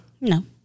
No